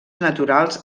naturals